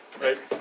Right